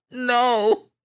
No